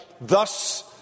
...thus